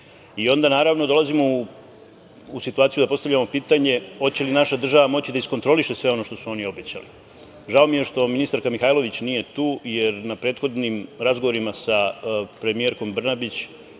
nama. Onda, naravno, dolazimo u situaciju da postavljamo pitanje hoće li naša država moći da iskontroliše sve ono što su oni obećali? Žao mi je što ministarka Mihajlović nije tu, jer na prethodnim razgovorima sa premijerkom Brnabić,